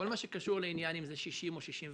כל מה שקשור לעניין אם זה 60 או 65,